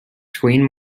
twain